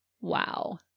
Wow